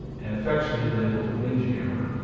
and affectionately labeled the windjammer,